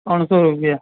ત્રણસો રૂપિયા